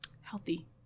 healthy